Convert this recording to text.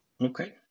okay